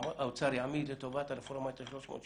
האוצר יעמיד לטובת הרפורמה את ה-360?